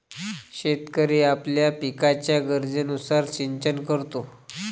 शेतकरी आपल्या पिकाच्या गरजेनुसार सिंचन करतो